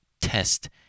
test